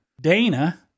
Dana